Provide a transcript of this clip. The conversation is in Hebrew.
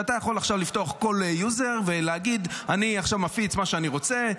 ואתה יכול לפתוח עכשיו כל יוזר ולהגיד: אני מפיץ מה שאני רוצה,